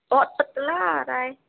بہت پتلا آ رہا ہے